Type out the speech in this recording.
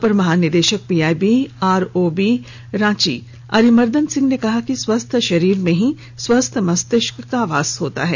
पर महानिदेशक PIB ROB Ranchi Arimardan Singh ने कहा कि स्वस्थ शरीर में ही स्वस्थ मस्तिष्क का वास होता है